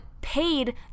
paid